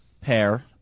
pair